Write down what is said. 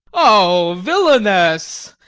o villainous!